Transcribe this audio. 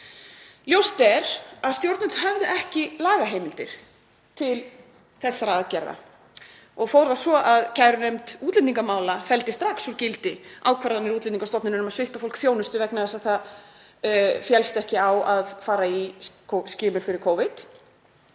Ljóst er að stjórnvöld höfðu ekki lagaheimildir til þessara aðgerða og fór það svo að kærunefnd útlendingamála felldi strax úr gildi ákvarðanir Útlendingastofnunar um að svipta fólk þjónustu vegna þess að það féllst ekki á að fara í skimun fyrir Covid,